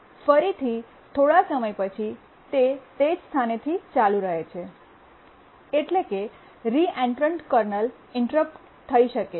ફરીથી થોડા સમય પછી તે તે જ સ્થાનેથી ચાલુ રહે છે એટલે કેરીએન્ટ્રેન્ટ કર્નલ ઇન્ટરપ્ટેડ થઈ શકે છે